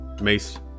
Mace